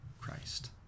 Christ